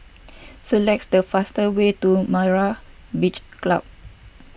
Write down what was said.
select the fastest way to Myra's Beach Club